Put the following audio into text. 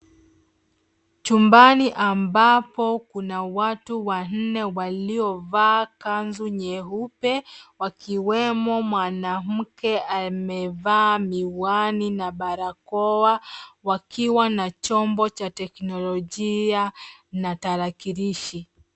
Chumbani ambapo kuna watu wanne waliovaa kanzu nyeupe wakiwemo mwanamke amevaa miwani na barakoa wakiwa na chombo cha teknolojia na tarakilishi.